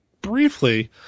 briefly